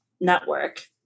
network